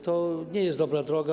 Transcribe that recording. To nie jest dobra droga.